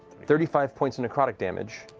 thirty five points of necrotic damage,